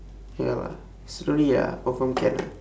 ya lah slowly lah confirm can